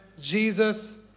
Jesus